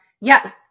Yes